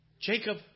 Jacob